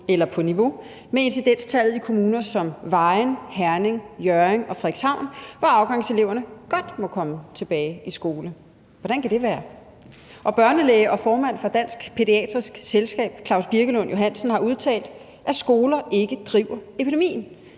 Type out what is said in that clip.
eller på niveau med incidenstallet i kommuner som Vejen, Herning, Hjørring og Frederikshavn, hvor afgangseleverne godt må komme tilbage i skole. Hvordan kan det være? Og børnelæge og formand for Dansk Pædiatrisk Selskab Klaus Birkelund Johansen har udtalt, at skoler ikke driver epidemien,